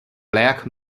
black